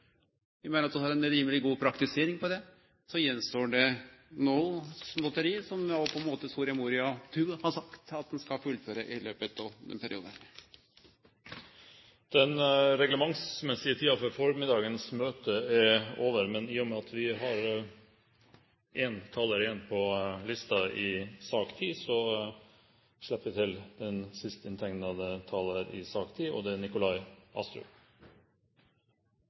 at vi har ei rimeleg god praktisering av det. Så gjenstår det noko småtteri som ein i Soria Moria II har sagt at ein skal fullføre i løpet av denne perioden. Den reglementsmessige tiden for formiddagens møte er over. Men i og med at vi har en taler igjen på talerlisten i sak nr. 10, slipper vi til den sist inntegnede taler, og det er Nikolai Astrup.